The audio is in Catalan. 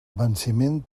venciment